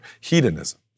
hedonism